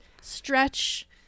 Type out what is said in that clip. stretch